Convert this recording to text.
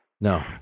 No